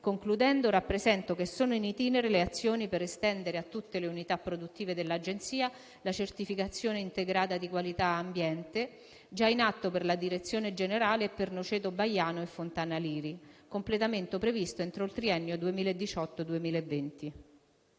Concludendo, rappresento che sono *in itinere* le azioni per estendere a tutte le unità produttive dell'Agenzia la certificazione integrata di qualità ambiente già in atto per la direzione generale e per gli stabilimenti di Noceto, Baiano e Fontana Liri, il cui completamento è previsto entro il triennio 2018-2020.